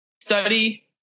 study